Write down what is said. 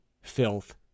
filth